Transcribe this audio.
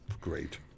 Great